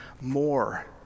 more